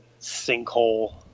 sinkhole